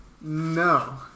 No